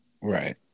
right